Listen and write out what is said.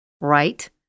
right